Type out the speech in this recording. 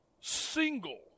single